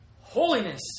Holiness